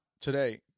today